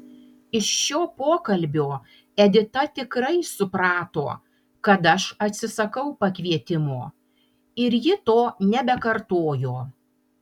iš šio pokalbio edita tikrai suprato kad aš atsisakau pakvietimo ir ji to nebekartojo